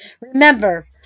Remember